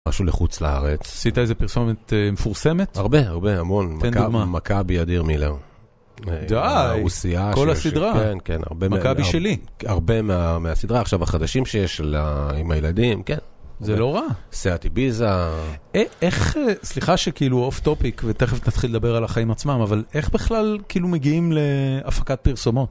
משהו לחוץ לארץ. עשית איזה פרסומת מפורסמת? הרבה, הרבה, המון. תן דוגמא. מכבי אדיר מילר. די! הרוסייה של... כל הסדרה. כן, כן, הרבה מ... מכבי שלי. הרבה מהסדרה. עכשיו החדשים שיש לה עם הילדים, כן. זה לא רע. סיאו איביזה. איך, סליחה שכאילו אוף טופיק ותיכף נתחיל לדבר על החיים עצמם, אבל איך בכלל כאילו מגיעים להפקת פרסומות?